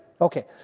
Okay